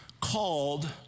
called